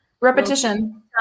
repetition